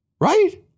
Right